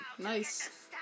Nice